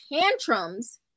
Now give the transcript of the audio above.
tantrums